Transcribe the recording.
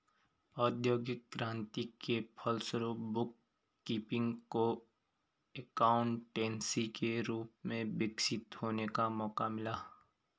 औद्योगिक क्रांति के फलस्वरूप बुक कीपिंग को एकाउंटेंसी के रूप में विकसित होने का मौका मिला